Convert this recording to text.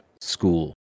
school